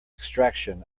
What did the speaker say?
extraction